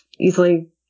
easily